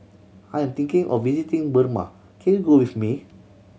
I'm thinking of visiting Burma can you go with me